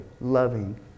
loving